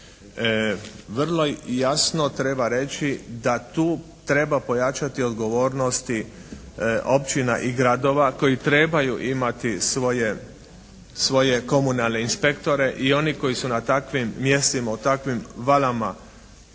Vrlo jasno treba reći da tu treba pojačati odgovornosti općina i gradova koji trebaju imati svoje komunalne inspektore i oni koji su na takvim mjestima, u takvim valama